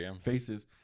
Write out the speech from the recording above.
faces